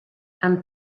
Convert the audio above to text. and